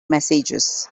messages